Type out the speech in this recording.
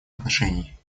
отношений